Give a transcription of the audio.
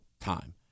time